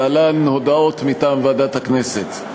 להלן הודעות מטעם ועדת הכנסת.